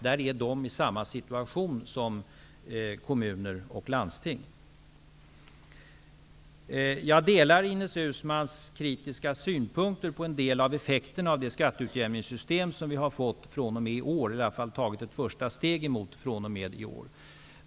Där är de i samma situation som kommuner och landsting. Jag delar Ines Uusmanns kritiska synpunkter på en del av effekterna av det skatteutjämningssystem som vi har tagit ett första steg emot från och med i år.